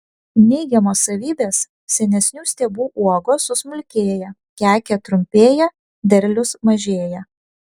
neigiamos savybės senesnių stiebų uogos susmulkėja kekė trumpėja derlius mažėja